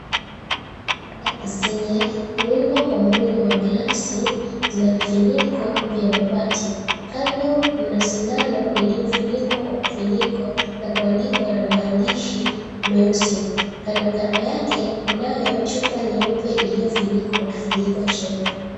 Zenye zimeumdwa kwa muundo wa glasi zina vifuniko vya mabati kando, mna sindano lililofunikwa kwa kifuniko na kuandikwa na maandishi meusi, kandokando yake mnayo chupa nyeupe iliyofunikwa kwa kifuniko cheupe.